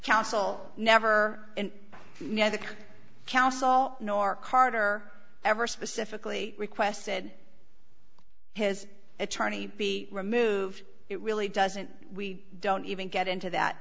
counsel never know the counsel nor carter ever specifically requested his attorney be removed it really doesn't we don't even get into that